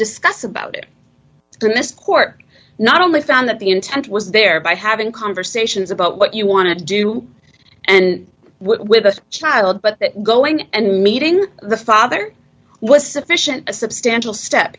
discuss about it and this court not only found that the intent was there by having conversations about what you want to do and with us child but going and meeting the father was sufficient a substantial step